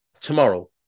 tomorrow